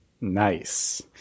Nice